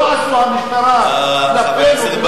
לא עשו המשטרה כלפינו,